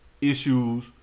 issues